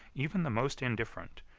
even the most indifferent,